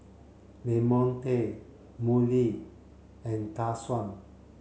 Lamonte Mollie and Dashawn